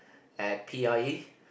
at p_i_e